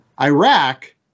Iraq